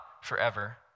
forever